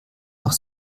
noch